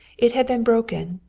it had been broken,